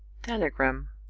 telegram.